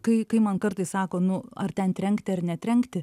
kai kai man kartais sako nu ar ten trenkti ar netrenkti